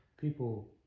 People